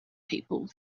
people